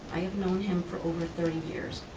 i have known him for over thirty years,